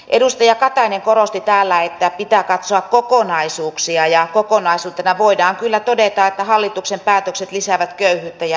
edustaja katainen korosti täällä että pitää katsoa kokonaisuuksia ja kokonaisuutena voidaan kyllä todeta että hallituksen päätökset lisäävät köyhyyttä ja eriarvoisuutta